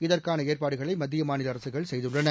இதற்கான ஏற்பாடுகளை மத்திய மாநில அரசுகள் செய்துள்ளன